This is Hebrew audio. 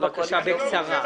ביחד.